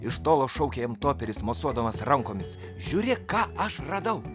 iš tolo šaukė jam toperis mosuodamas rankomis žiūrėk ką aš radau